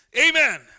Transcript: Amen